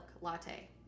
latte